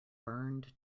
burned